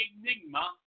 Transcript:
enigma